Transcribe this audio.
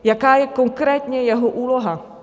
Jaká je konkrétně jeho úloha?